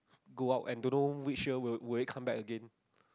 go out and don't know which year will will it come back again